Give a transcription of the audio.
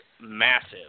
massive